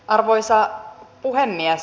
arvoisa puhemies